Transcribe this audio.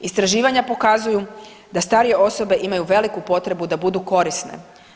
Istraživanja pokazuju da starije osobe imaju veliku potrebu da budu korisne.